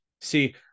See